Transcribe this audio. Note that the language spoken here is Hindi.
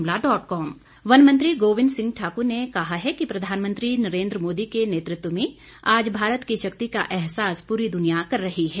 गोविंद ठाकुर वन मंत्री गोविंद सिंह ठाकुर ने कहा है कि प्रधानमंत्री नरेंद्र मोदी के नेतृत्व में आज भारत की शक्ति का एहसास पूरी दुनिया कर रही है